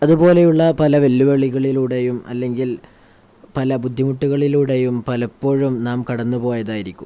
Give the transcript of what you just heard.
അതുപോലെയുള്ള പല വെല്ലുവിളികളിലൂടെയും അല്ലെങ്കിൽ പല ബുദ്ധിമുട്ടുകളിലൂടെയും പലപ്പോഴും നാം കടന്നുപോയതായിരിക്കും